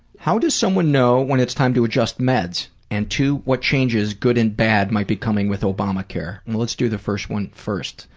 how does someone know when it's time to adjust meds, and two, what changes, good and bad, might be coming with obamacare? and let's do the first one first,